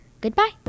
Goodbye